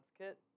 advocate